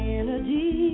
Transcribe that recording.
energy